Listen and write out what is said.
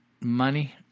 money